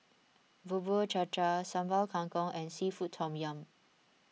Bubur Cha Cha Sambal Kangkong and Seafood Tom Yum